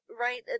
right